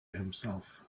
himself